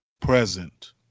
present